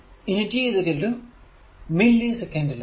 ഇനി t millisecond ആണ്